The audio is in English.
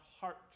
heart